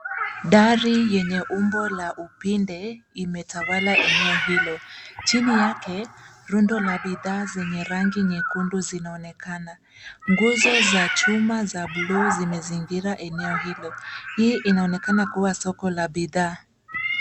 Dari yenye umbo la upinde imetawala eneo hilo. Chini yake rundo la bidhaa zenye rangi nyekundu zinaonekana. Nguzo za chuma za bluu zimezingira eneo hilo. Hii inaonekana kuwa soko la bidhaa.